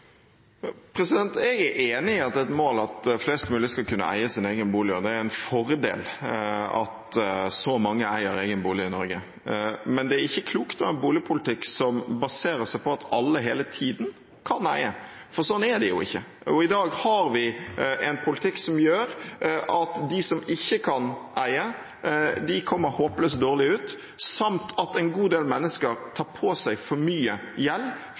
Jeg er enig i at det er et mål at flest mulig skal kunne eie sin egen bustad, og det er en fordel at så mange eier egen bolig i Norge. Men det er ikke klokt å ha en boligpolitikk som baserer seg på at alle hele tiden kan eie – for slik er det jo ikke. I dag har vi en politikk som gjør at de som ikke kan eie, kommer håpløst dårlig ut, samt at en god del mennesker tar på seg for mye gjeld